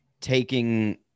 taking